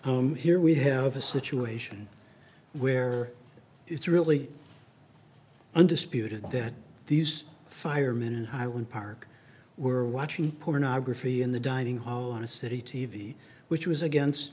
i'm here we have a situation where it's really undisputed that these firemen in highland park were watching pornography in the dining hall on a city t v which was against